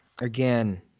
again